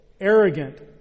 arrogant